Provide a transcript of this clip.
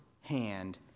hand